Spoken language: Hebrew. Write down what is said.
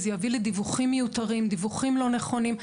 זה יביא לדיווחים מיותרים, דיווחים לא נכונים.